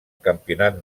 campionat